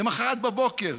למוחרת בבוקר,